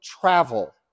travel